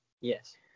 Yes